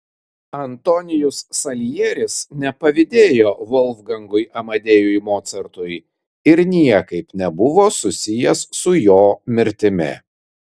antonijus saljeris nepavydėjo volfgangui amadėjui mocartui ir niekaip nebuvo susijęs su jo mirtimi